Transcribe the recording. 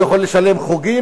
הוא יכול לשלם על חוגים,